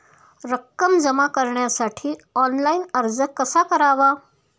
रक्कम जमा करण्यासाठी ऑनलाइन अर्ज कसा करावा?